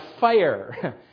fire